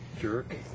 Jerk